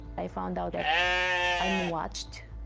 i found out that i'm watched.